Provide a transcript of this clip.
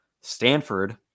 Stanford